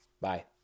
Bye